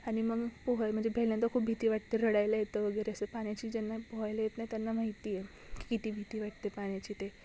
आणि मग पोहाय म्हणजे पहिल्यांदा खूप भीती वाटते रडायला येतं वगैरे असं पाण्याची ज्यांना पोहायला येत नाही त्यांना माहिती आहे की किती भीती वाटते पाण्याची ते